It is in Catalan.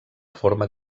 forma